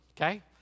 okay